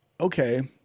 okay